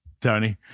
Tony